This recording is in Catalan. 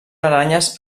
aranyes